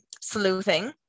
sleuthing